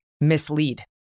mislead